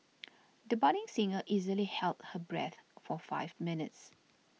the budding singer easily held her breath for five minutes